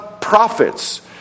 prophets